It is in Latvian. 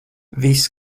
viss